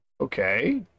Okay